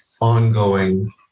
ongoing